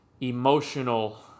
emotional